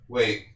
Wait